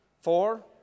four